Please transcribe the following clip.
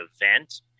event